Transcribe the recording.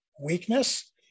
weakness